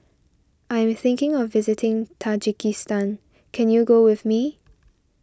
I am thinking of visiting Tajikistan can you go with me